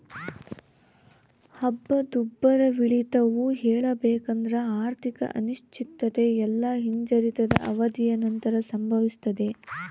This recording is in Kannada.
ಹಣದುಬ್ಬರವಿಳಿತವು ಹೇಳಬೇಕೆಂದ್ರ ಆರ್ಥಿಕ ಅನಿಶ್ಚಿತತೆ ಇಲ್ಲಾ ಹಿಂಜರಿತದ ಅವಧಿಯ ನಂತರ ಸಂಭವಿಸ್ತದೆ